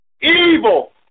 Evil